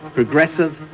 progressive,